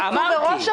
מיליון.